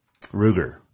Ruger